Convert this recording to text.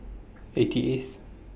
eighty eighth